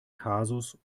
kasus